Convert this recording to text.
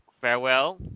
Farewell